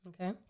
Okay